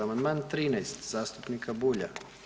Amandman 13 zastupnika Bulja.